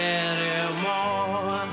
anymore